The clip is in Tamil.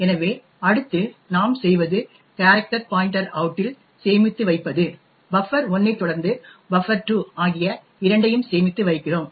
எனவே அடுத்து நாம் செய்வது கேரக்டர் பாய்ன்டர் அவுட் இல் சேமித்து வைப்பது பஃபர்1 ஐ தொடர்ந்து பஃபர்2 ஆகிய இரண்டையும் சேமித்து வைக்கிறோம்